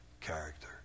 character